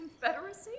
confederacy